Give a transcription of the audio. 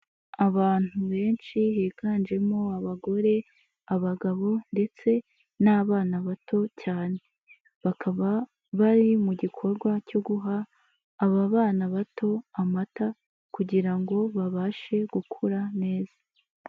Abantu benshi higanjemo abagore, abagabo ndetse n'abana bato cyane, bakaba bari mu gikorwa cyo guha aba bana bato amata kugira ngo babashe gukura neza.